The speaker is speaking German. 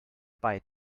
bei